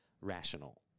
rational